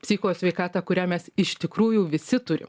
psicho sveikatą kurią mes iš tikrųjų visi turim